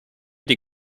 des